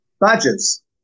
badges